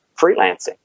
freelancing